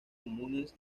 comunes